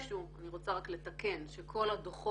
אני רוצה רק לתקן שכל הדוחות